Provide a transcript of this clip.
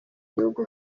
gihugu